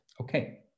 Okay